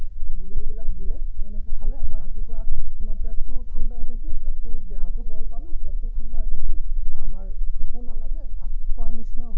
গতিকে এইবিলাক দিলে তেনেকৈ খালে আমাৰ ৰাতিপুৱা আমাৰ পেটটোও ঠাণ্ডা হৈ থাকিল দেহাতো বল পালোঁ পেটটোও ঠাণ্ডা হৈ থাকিল আমাৰ ভোকো নালাগে ভাত খোৱাৰ নিচিনাই হ'ল